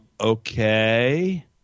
okay